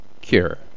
Cure